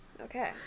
Okay